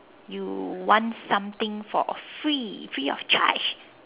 you want something for free free of charge